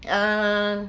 err